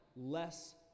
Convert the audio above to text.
less